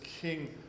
king